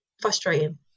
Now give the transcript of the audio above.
frustrating